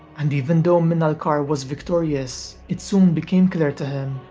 and even though minalcar was victorious, it soon became clear to him,